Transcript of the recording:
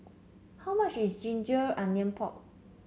how much is ginger onion pork